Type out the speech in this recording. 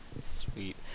Sweet